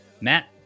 Matt